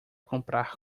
comprar